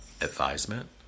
advisement